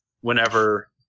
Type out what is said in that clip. whenever